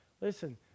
Listen